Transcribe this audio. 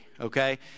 Okay